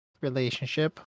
relationship